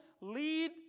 Lead